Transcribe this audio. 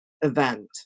event